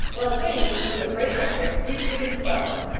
while james, with a braid iron, reached it in twelve.